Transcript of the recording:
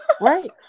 Right